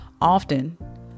often